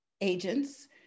agents